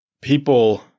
People